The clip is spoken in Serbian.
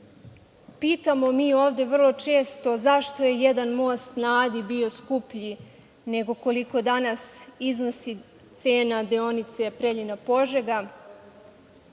Pitamo mi ovde vrlo često zašto je jedan most na Adi bio skuplji nego koliko danas iznosi cena deonice Preljina-Požega